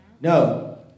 No